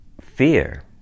fear